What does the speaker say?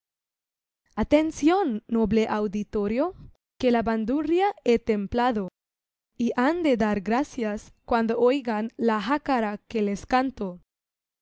atención noble auditorio que la bandurria he templado y han de dar gracias cuando oigan la jácara que les canto